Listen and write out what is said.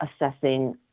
assessing